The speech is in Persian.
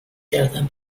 کردن